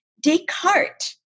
Descartes